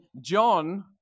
John